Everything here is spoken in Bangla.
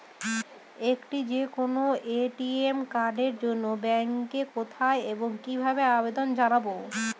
একটি যে কোনো এ.টি.এম কার্ডের জন্য ব্যাংকে কোথায় এবং কিভাবে আবেদন জানাব?